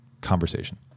conversation